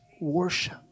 worship